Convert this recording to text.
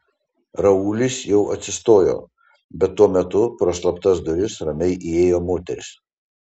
raulis jau atsistojo bet tuo metu pro slaptas duris ramiai įėjo moteris